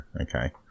okay